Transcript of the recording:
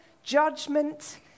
judgment